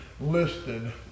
listed